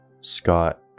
scott